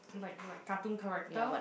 like like cartoon character